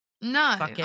no